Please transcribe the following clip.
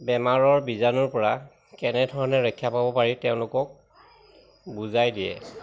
বেমাৰৰ বীজাণুৰপৰা কেনেধৰণে ৰক্ষা পাব পাৰি তেওঁলোকক বুজাই দিয়ে